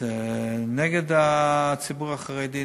זה נגד הציבור החרדי,